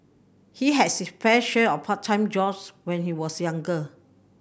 he had pressure of part time jobs when he was younger